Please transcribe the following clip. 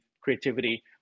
creativity